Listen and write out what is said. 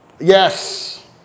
Yes